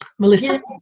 Melissa